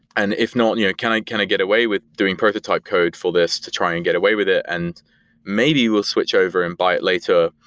and if not, yeah can i get away with doing prototype code for this to try and get away with it and maybe we'll switch over and buy it later.